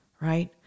right